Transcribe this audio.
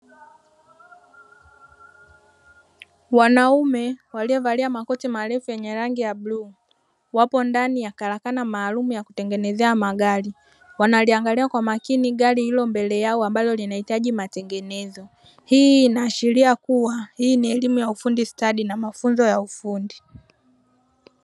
Wanaume waliovalia makoti marefu yenye rangi ya bluu, wapo ndani ya karakana maalumu ya kutengenezea magari. Wanaliangalia kwa makini gari lililo mbele yao ambalo linahitaji matengenezo. Hii inaashiria kuwa, hii ni elimu ya ufundi stadi na mafunzo ya ufundi.